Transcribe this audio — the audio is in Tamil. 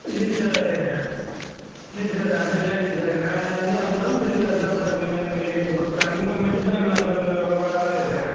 இல்லைங்க சார் இல்லைங்க சார் அப்படிலாம் இல்லைங்க சார் நான் வந்து எனக்கு உடம்பு சரில்லை அதான் சார் கொஞ்சம் இந்த மாதிரி லீவ் போட்டுடேன் இனிமே மற்ற டைம்மில் அந்தளவுக்கு வ வ வராது சார்